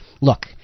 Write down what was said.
look